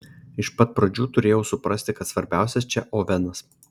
iš pat pradžių turėjau suprasti kad svarbiausias čia ovenas